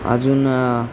अजून